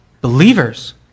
believers